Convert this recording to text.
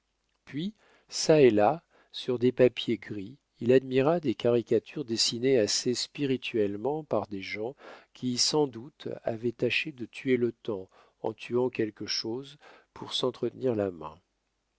puis çà et là sur des papiers gris il admira des caricatures dessinées assez spirituellement par des gens qui sans doute avaient tâché de tuer le temps en tuant quelque chose pour s'entretenir la main